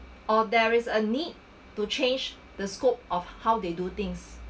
or there is a need to change the scope of how they do things